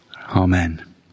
Amen